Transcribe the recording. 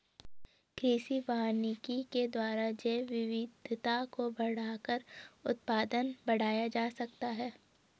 कृषि वानिकी के द्वारा जैवविविधता को बढ़ाकर उत्पादन बढ़ाया जा सकता है